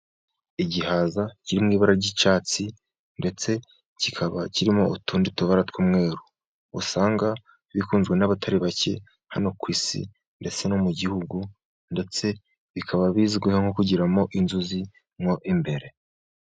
Igihaza kirimo ibara ry' icyatsi ndetse kikaba kirimo utundi tubara tw' umweru, usanga bikunzwe n' abatari bake hano ku isi ndetse no mu gihugu, ndetse bikaba bizwiho nko kugiramo inzuzi mwo imbere.